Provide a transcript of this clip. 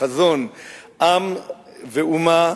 החזון, החזון, עם ואומה,